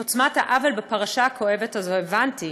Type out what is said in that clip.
את עוצמת העוול בפרשה הכואבת הזאת הבנתי